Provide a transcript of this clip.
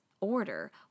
order